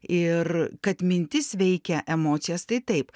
ir kad mintis veikia emocijas tai taip